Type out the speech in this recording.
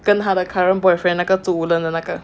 跟他的 current boyfriend 那个住 woodlands 那个